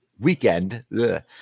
weekend